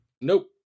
Nope